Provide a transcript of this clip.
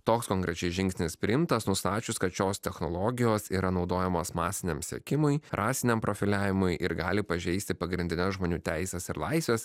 toks konkrečiai žingsnis priimtas nustačius kad šios technologijos yra naudojamos masiniam sekimui rasiniam profiliavimui ir gali pažeisti pagrindines žmonių teises ir laisves